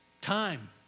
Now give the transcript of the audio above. time